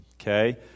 Okay